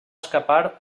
escapar